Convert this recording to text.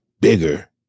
bigger